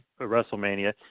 WrestleMania